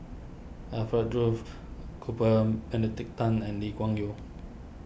Alfred Duff Cooper annedict Tan and Lee Kuan Yew